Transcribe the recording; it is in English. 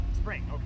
Spring